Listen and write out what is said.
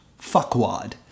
fuckwad